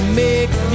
make